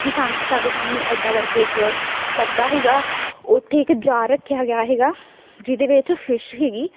ਕਿ ਸਾਹਮ ਸਾਡੇ ਸਾਹਮਣੇ ਇੱਦਾਂ ਕਰਕੇ ਇੱਕ ਪਰਦਾ ਸੀਗਾ ਉੱਥੇ ਇੱਕ ਜਾਰ ਰੱਖਿਆ ਗਿਆ ਸੀਗਾ ਜਿਹਦੇ ਵਿੱਚ ਫਿਸ਼ ਸੀਗੀ